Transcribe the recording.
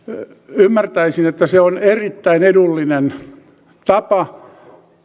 ymmärtäisin että se on erittäin edullinen tapa